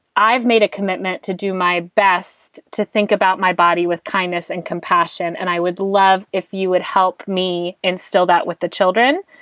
i've made a commitment to do my best, to think about my body with kindness and compassion. and i would love if you would help me instill that with the children.